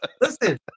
Listen